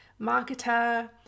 marketer